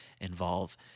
involve